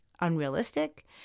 unrealistic